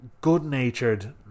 good-natured